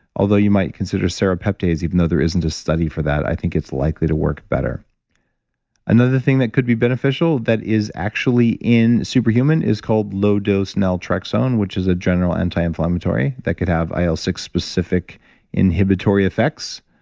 although you might consider serrapeptase, even though there isn't a study for that, i think it's likely to work better another thing that could be beneficial, that is actually in super human, is called low dose naltrexone which is a general anti-inflammatory, that could have il ah six specific inhibitory effects.